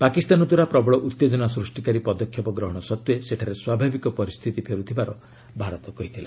ପାକିସ୍ତାନ ଦ୍ୱାରା ପ୍ରବଳ ଉତ୍ତେଜନା ସ୍ନିଷ୍ଟିକାରୀ ପଦକ୍ଷେପ ଗ୍ରହଣ ସତ୍ତ୍ୱେ ସେଠାରେ ସ୍ୱାଭାବିକ ପରିସ୍ଥିତି ଫେର୍ ଥିବାର ଭାରତ କହିଛି